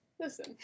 Listen